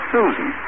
Susan